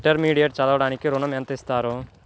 Intermediate చదవడానికి ఋణం ఎంత ఇస్తారు?